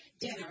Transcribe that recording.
dinner